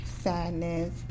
sadness